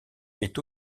est